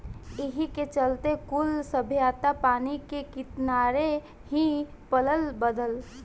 एही के चलते कुल सभ्यता पानी के किनारे ही पलल बढ़ल